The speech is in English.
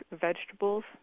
vegetables